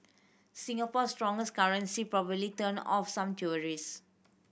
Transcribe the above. Singapore stronger currency probably turned off some tourist